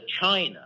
China